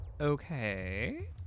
Okay